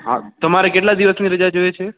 હા તમારે કેટલા દિવસની રજા જોઈએ છે